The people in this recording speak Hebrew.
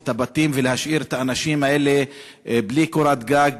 את הבתים ולהשאיר את האנשים האלה בלי קורת גג,